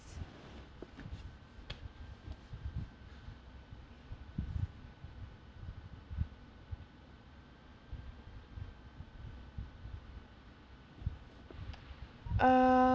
err